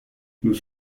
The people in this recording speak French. nous